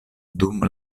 dum